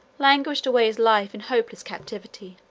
languished away his life in hopeless captivity.